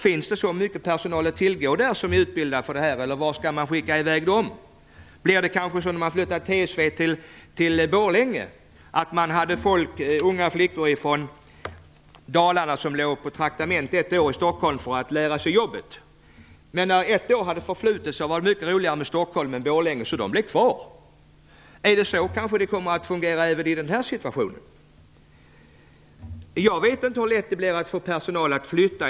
Finns det där så mycket personal att tillgå som är utbildad för det här, eller varifrån skall man ta den? Blir det kanske som när man flyttade TSV till Borlänge - unga flickor från Dalarna låg på traktamente ett år i Stockholm för att lära sig jobbet, men när ett år hade förflutit tyckte de att det var mycket roligare med Stockholm än med Borlänge, så de blev kvar! Är det kanske så det kommer att fungera även i den här situationen? Jag vet inte hur lätt det blir att få personal att flytta.